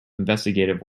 investigative